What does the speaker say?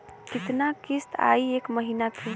कितना किस्त आई एक महीना के?